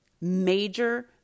Major